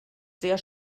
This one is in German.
sehr